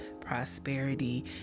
prosperity